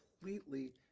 completely